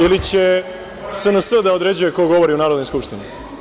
Ili će SNS da određuje ko govori u Narodnoj skupštini?